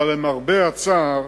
אבל למרבה הצער